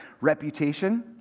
reputation